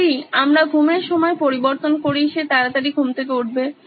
যদি আমরা ঘুমের সময় পরিবর্তন করি সে তাড়াতাড়ি ঘুম থেকে উঠবে